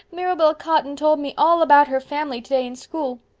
mirabel cotton told me all about her family today in school.